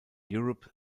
europe